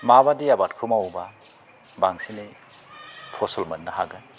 माबायदि आबादखौ मावोब्ला बांसिनै फसल मोननो हागोन